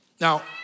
Now